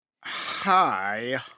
Hi